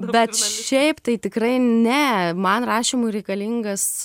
bet šiaip tai tikrai ne man rašymui reikalingas